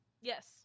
Yes